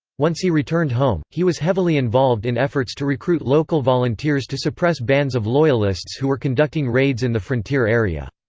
once he returned home, he was heavily involved in efforts to recruit local volunteers to suppress bands of loyalists who were conducting raids in the frontier area.